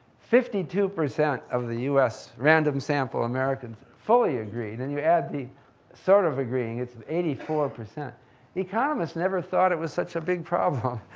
fifty two percent of the us, random-sample americans fully agreed, and you add the sort of agreeing, it's an eighty four. economists never thought it was such a big problem.